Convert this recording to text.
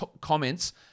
comments